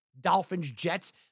Dolphins-Jets